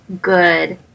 good